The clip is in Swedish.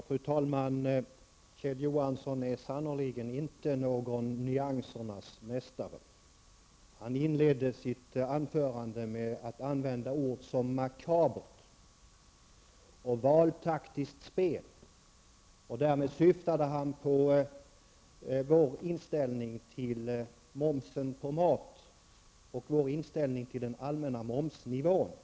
Fru talman! Kjell Johansson är sannerligen inte någon nyansernas mästare. Han inledde sitt anförande med att använda ord som makabert och valtaktiskt spel. Därmed syftade han på vår inställning till momsen på mat och vår inställning till den allmänna momsnivån.